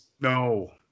No